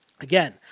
Again